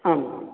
आम्